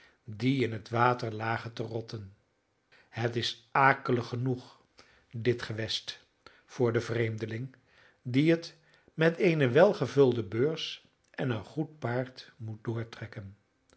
die in het water lagen te rotten het is akelig genoeg dit gewest voor den vreemdeling die het met eene welgevulde beurs en een goed paard moet doortrekken